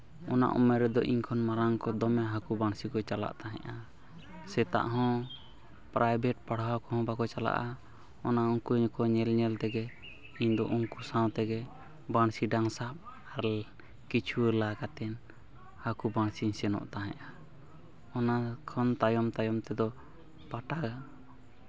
ᱚᱱᱟ ᱩᱢᱮᱨ ᱨᱮᱫᱚ ᱤᱧ ᱠᱷᱚᱱ ᱢᱟᱨᱟᱝ ᱠᱚᱫᱚ ᱫᱚᱢᱮ ᱦᱟᱹᱠᱩ ᱵᱟᱹᱬᱥᱤ ᱠᱚ ᱪᱟᱞᱟᱜ ᱛᱟᱦᱮᱱᱟ ᱥᱮᱛᱟᱜ ᱦᱚᱸ ᱯᱨᱟᱭᱵᱷᱮᱴ ᱯᱟᱲᱦᱟᱣ ᱠᱚᱦᱚᱸ ᱵᱟᱠᱚ ᱪᱟᱞᱟᱜᱼᱟ ᱚᱱᱟ ᱩᱱᱠᱩ ᱠᱚ ᱧᱮᱞ ᱧᱮᱞ ᱛᱮᱜᱮ ᱤᱧᱫᱚ ᱩᱱᱠᱩ ᱥᱟᱶ ᱛᱮᱜᱮ ᱵᱟᱹᱬᱥᱤ ᱰᱟᱝ ᱥᱟᱵ ᱟᱨ ᱠᱤᱪᱣᱟᱹ ᱞᱟ ᱠᱟᱛᱮᱫ ᱦᱟᱹᱠᱩ ᱵᱟᱹᱬᱥᱤᱧ ᱥᱮᱱᱚᱜ ᱛᱟᱦᱮᱸᱫᱼᱟ ᱚᱱᱟ ᱠᱷᱚᱱ ᱛᱟᱭᱚᱢ ᱛᱟᱭᱚᱢ ᱛᱮᱫᱚ ᱯᱟᱴᱟ